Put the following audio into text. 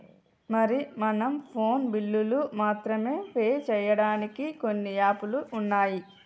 మరి మనం ఫోన్ బిల్లులు మాత్రమే పే చేయడానికి కొన్ని యాప్లు ఉన్నాయి